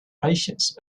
patience